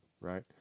right